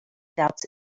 doubts